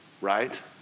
Right